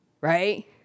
right